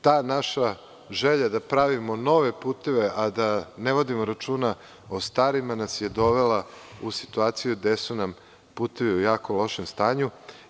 Ta naša želja da pravimo nove puteve, a da ne vodimo računa o starima, nas je dovela u situaciju da su nam putevi u jako lošem stanju.